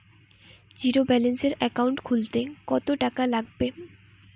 জিরোব্যেলেন্সের একাউন্ট খুলতে কত টাকা লাগবে?